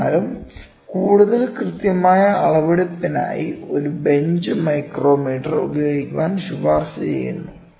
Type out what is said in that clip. എന്നിരുന്നാലും കൂടുതൽ കൃത്യമായ അളവെടുപ്പിനായി ഒരു ബെഞ്ച് മൈക്രോമീറ്റർ ഉപയോഗിക്കാൻ ശുപാർശ ചെയ്യുന്നു